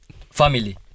family